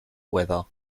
weather